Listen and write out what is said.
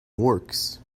works